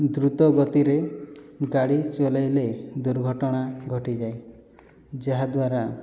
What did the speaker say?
ଦ୍ରୁତ ଗତିରେ ଗାଡ଼ି ଚଲାଇଲେ ଦୁର୍ଘଟଣା ଘଟିଯାଏ ଯାହାଦ୍ୱାରା